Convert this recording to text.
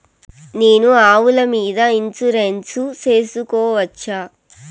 నేను ఆవుల మీద ఇన్సూరెన్సు సేసుకోవచ్చా?